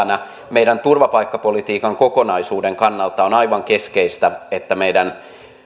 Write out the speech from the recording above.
hyvänä meidän turvapaikkapolitiikan kokonaisuuden kannalta on aivan keskeistä että meidän